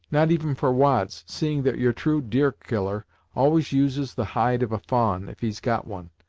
not even for wads, seeing that your true deerkiller always uses the hide of a fa'a'n, if he's got one,